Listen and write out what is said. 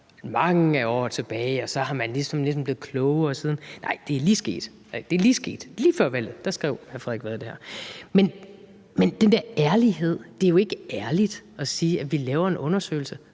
mange år tilbage, og så er man ligesom sådan blevet klogere siden. Nej, det er lige sket. Det er lige sket – lige før valget skrev hr. Frederik Vad det her. Men i forhold til den der ærlighed vil jeg sige: Det er jo ikke ærligt at sige, at vi laver en undersøgelse.